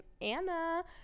Anna